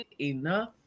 enough